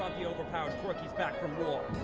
ah the overpowered quirkies back from war.